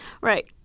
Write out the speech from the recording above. Right